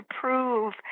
prove